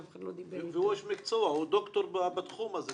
והוא איש מקצוע, הוא ד"ר בתחום הזה.